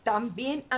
también